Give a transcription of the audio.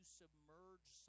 submerge